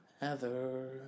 heather